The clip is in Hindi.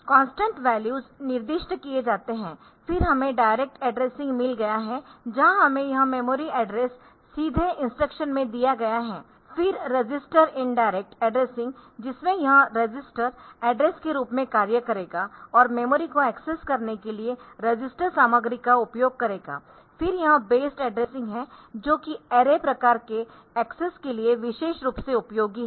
कॉन्स्टन्ट वैल्यूज निर्दिष्ट किए जाते है फिर हमें डायरेक्ट एड्रेसिंग मिल गया है जहां हमें यह मेमोरी एड्रेस सीधे इंस्ट्रक्शन में दिया गया है फिर रजिस्टर इंडायरेक्ट एड्रेसिंग जिसमें यह रजिस्टर एड्रेस के रूप में कार्य करेगा और मेमोरी को एक्सेस करने के लिए रजिस्टर सामग्री का उपयोग किया जाएगाफिर यह बेस्ड एड्रेसिंग है जो कि अरे प्रकार के एक्सेस के लिए विशेष रूप से उपयोगी है